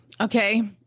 Okay